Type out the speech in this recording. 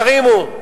תרימו.